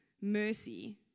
mercy